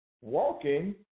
walking